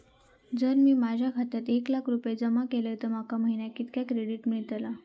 जर मी माझ्या खात्यात एक लाख रुपये जमा केलय तर माका महिन्याक कितक्या क्रेडिट मेलतला?